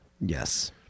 Yes